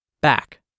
Back